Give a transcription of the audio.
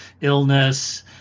illness